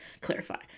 clarify